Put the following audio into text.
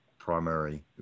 primary